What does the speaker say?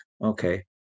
Okay